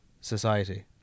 society